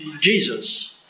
Jesus